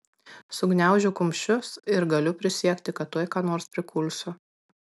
sugniaužiu kumščius ir galiu prisiekti kad tuoj ką nors prikulsiu